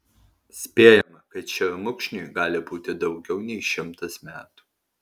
spėjama kad šermukšniui gali būti daugiau nei šimtas metų